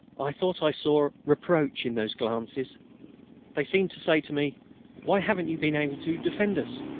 i thought i saw reproach in those glances they seemed to say to me why haven't you been able to defend us?